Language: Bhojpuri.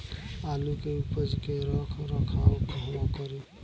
आलू के उपज के रख रखाव कहवा करी?